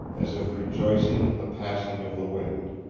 as if rejoicing in the passing of the wind.